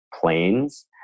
planes